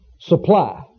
Supply